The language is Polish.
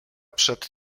przed